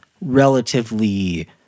relatively